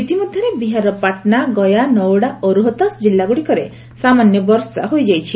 ଇତିମଧ୍ୟରେ ବିହାରର ପାଟନା ଗୟା ନୌୱାଡ଼ା ଓ ରୋହତାଶ୍ କିଲ୍ଲାଗୁଡ଼ିକରେ ସାମାନ୍ୟ ବର୍ଷା ହୋଇଯାଇଛି